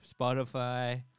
Spotify